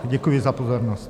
Děkuji za pozornost.